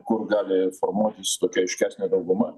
kur gali formuotis tokia aiškesnė dauguma